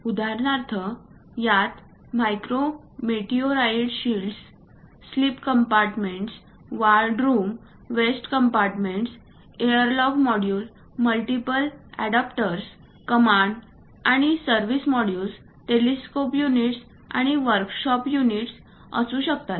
उदाहरणार्थ यात micro meteoroid shields sleep compartments wardroom waste compartments airlock module multiple adapters command आणि service modules telescope units आणि workshop units असू शकतात